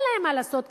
אין להם מה לעשות.